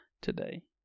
today